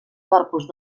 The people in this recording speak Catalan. corpus